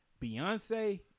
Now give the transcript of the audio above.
Beyonce